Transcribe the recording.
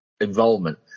involvement